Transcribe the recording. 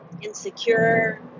insecure